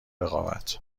رقابت